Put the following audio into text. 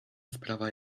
sprawa